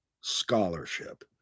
scholarship